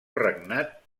regnat